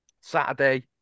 Saturday